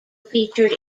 featured